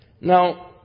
Now